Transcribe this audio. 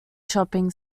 shopping